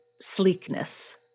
sleekness